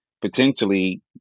potentially